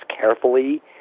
carefully